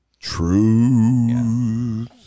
Truth